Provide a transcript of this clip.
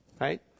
right